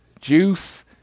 Juice